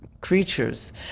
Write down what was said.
Creatures